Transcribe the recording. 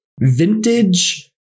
vintage